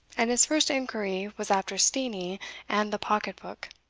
and his first inquiry was after steenie and the pocket-book.